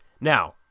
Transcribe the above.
Now